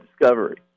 discovery